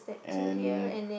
and